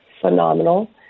phenomenal